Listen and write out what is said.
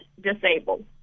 disabled